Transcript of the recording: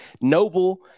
Noble